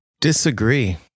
disagree